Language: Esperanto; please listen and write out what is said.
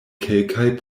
kelkaj